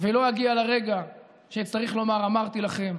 שלא אגיע לרגע שאצטרך לומר "אמרתי לכם".